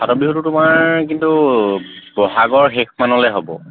ফাট বিহুটো তোমাৰ কিন্তু বহাগৰ শেষমানলৈ হ'ব